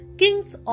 king's